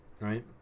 Right